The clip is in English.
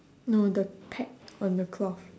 no the peg on the cloth